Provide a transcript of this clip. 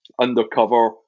undercover